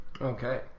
Okay